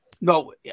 No